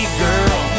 girl